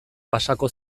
pasako